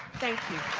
thank you.